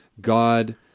God